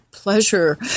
pleasure